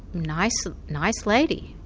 nice ah nice lady.